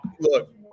look